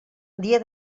dia